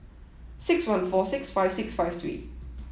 six one four six five six five three